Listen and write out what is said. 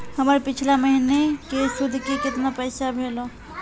हमर पिछला महीने के सुध के केतना पैसा भेलौ?